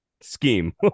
scheme